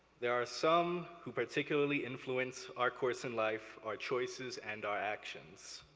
there are some who particularly influence our course in life, our choices, and our actions.